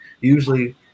Usually